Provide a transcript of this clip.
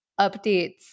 updates